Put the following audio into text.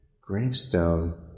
gravestone